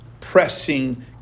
pressing